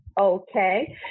okay